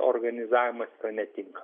organizavimas netinka